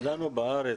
לנו בארץ,